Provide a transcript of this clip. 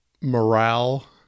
morale